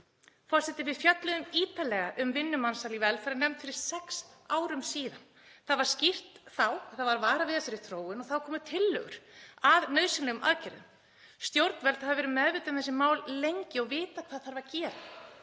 Forseti. Við fjölluðum ítarlega um vinnumansal í velferðarnefnd fyrir sex árum síðan. Þá var skýrt varað við þessari þróun og þá komu tillögur að nauðsynlegum aðgerðum. Stjórnvöld hafi verið meðvituð um þessi mál lengi og vitað hvað þarf að gera.